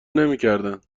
نمیکردند